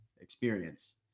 experience